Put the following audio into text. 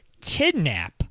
kidnap